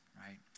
right